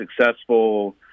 successful